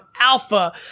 alpha